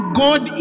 god